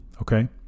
Okay